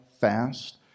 fast